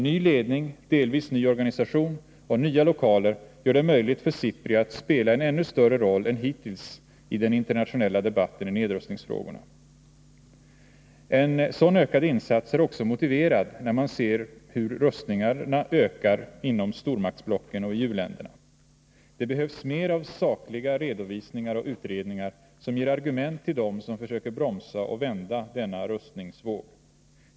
Nyledning, delvis ny organisation och nya lokaler gör det möjligt för SIPRI att spela en ännu större roll än hittills i den internationella debatten i nedrustningsfrågorna. En sådan ökad insats är också motiverad när man ser hur rustningarna ökar inom stormaktsblocken och i u-länderna. Det behövs mer av sakliga redovisningar och utredningar som ger argument för dem som försöker bromsa och vända denna rustningsvåg.